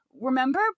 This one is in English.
remember